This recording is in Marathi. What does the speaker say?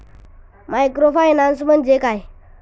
मायक्रोफायनान्स म्हणजे काय?